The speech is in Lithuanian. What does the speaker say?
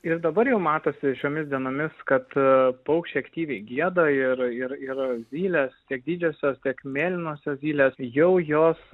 ir dabar jau matosi šiomis dienomis kad paukščiai aktyviai gieda ir ir ir zylės tiek didžiosios tiek mėlynosios zylės jau jos